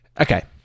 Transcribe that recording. Okay